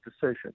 decision